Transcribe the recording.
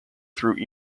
through